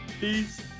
Peace